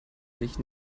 sich